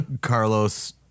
Carlos